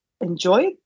enjoy